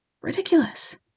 Ridiculous